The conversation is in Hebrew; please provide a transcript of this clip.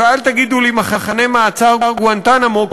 ואל תגידו לי מחנה המעצר גואנטנמו,